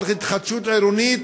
על התחדשות עירונית,